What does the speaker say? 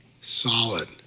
solid